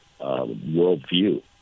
worldview